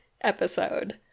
episode